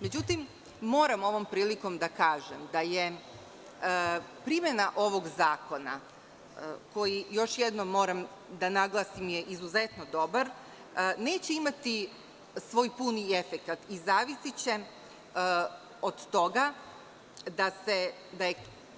Međutim, moram ovom prilikom da kažem da je primena ovog zakona koji, još jednom moram da naglasim izuzetno dobar, neće imati svoj puni efekat i zavisiće od toga da je